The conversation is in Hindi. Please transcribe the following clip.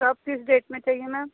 सब किस डेट में चाहिए मैम